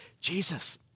Jesus